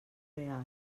real